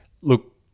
look